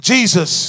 Jesus